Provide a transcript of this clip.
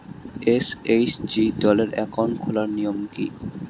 SHG দলের account খোলার নিয়ম কী?